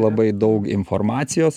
labai daug informacijos